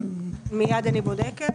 אני בודקת.